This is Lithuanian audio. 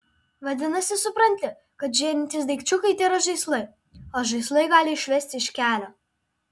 vadinasi supranti kad žėrintys daikčiukai tėra žaislai o žaislai gali išvesti iš kelio